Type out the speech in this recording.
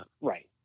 Right